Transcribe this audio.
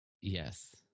Yes